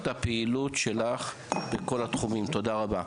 אני מעריך את הפעילות שלך בכל התחומים, תודה רבה.